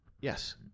Yes